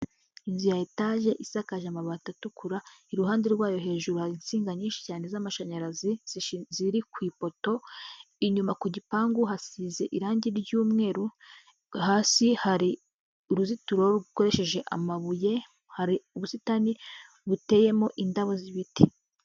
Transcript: Inzu ya etaje isakaje amabati atukura iruhande rwayo hejuru hari insinga nyinshi cyane z'amashanyarazi ziri ku ipoto, inyuma ku gipangu hasize irangi ry'umweru hasi hari uruzitiro rukoresheje amabuye hari ubusitani buteyemo indabo z'ibiti.